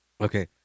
Okay